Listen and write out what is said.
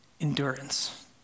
endurance